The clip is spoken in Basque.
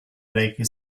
eraiki